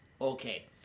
Okay